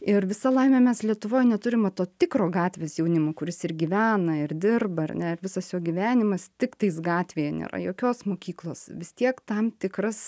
ir visa laimė mes lietuvoj neturim va to tikro gatvės jaunimo kuris ir gyvena ir dirba ar ne ir visas jo gyvenimas tik tais gatvėje nėra jokios mokyklos vis tiek tam tikras